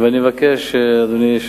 ואני מבקש, אדוני,